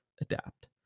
adapt